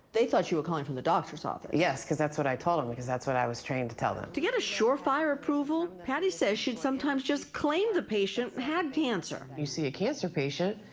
they thought you were from the doctor's office. yes, because that's what i told them because that's what i was trained to tell them. to get a surefire approval, patty said she'd sometimes just claim the patient had cancer. you see a cancer patient,